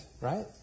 right